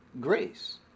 Grace